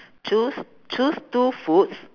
choose choose two foods